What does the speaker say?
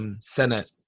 Senate